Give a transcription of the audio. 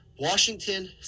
Washington